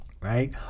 Right